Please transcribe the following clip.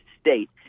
state